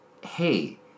hey